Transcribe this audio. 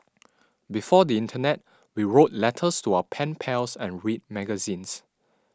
before the Internet we wrote letters to our pen pals and read magazines